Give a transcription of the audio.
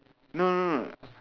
no no no